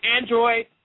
Android